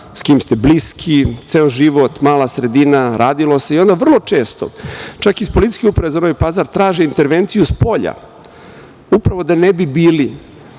s kim ste bliski ceo život, mala sredina, radilo se. Vrlo često onda, čak i iz Policijske uprave za Novi Pazar, traže intervenciju spolja, a upravo da ne bi bili